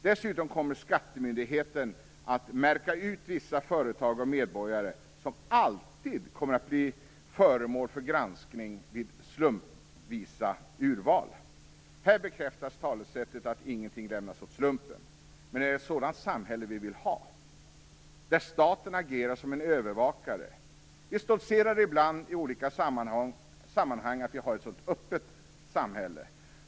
Dessutom kommer skattemyndigheten att märka ut vissa företag och medborgare som alltid kommer att bli föremål för granskning vid slumpvisa urval. Här bekräftas talesättet att ingenting lämnas åt slumpen. Men är det ett sådant samhälle vi vill ha, där staten agerar som en övervakare? Vi stoltserar ibland i olika sammanhang med att vi har ett så öppet samhälle.